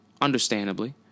understandably